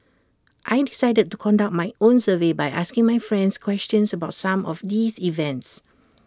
I decided to conduct my own survey by asking my friends questions about some of these events